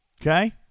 Okay